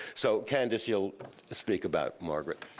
so, candice, you'll speak about margaret.